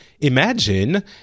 imagine